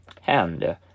hand